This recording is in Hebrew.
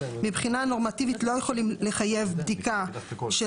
מבחינה נורמטיבית לא יכולים לחייב בדיקה של